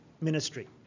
ministry